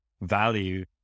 value